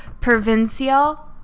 Provincial